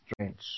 strange